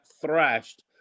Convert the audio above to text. thrashed